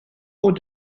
haut